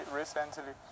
recently